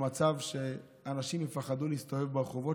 למצב שאנשים יפחדו להסתובב ברחובות,